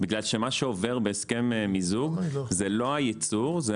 בגלל שמה שעובר בהסכם מיזוג זה לא היצור זה